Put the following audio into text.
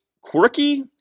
quirky